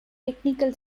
technical